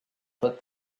put